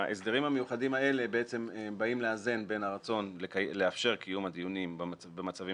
ההסדרים המיוחדים האלה באים לאזן בין הרצון לאפשר קיום הדיונים במצבים